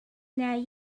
now